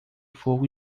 fogo